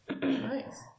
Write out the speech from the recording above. nice